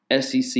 SEC